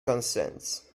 consents